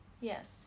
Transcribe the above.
Yes